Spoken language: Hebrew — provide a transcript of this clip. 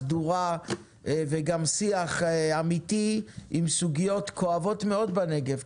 סדורה וגם שיח אמיתי עם סוגיות כואבות מאוד בנגב.